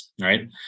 Right